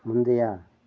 முந்தைய